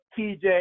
TJ